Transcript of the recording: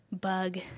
bug